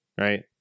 right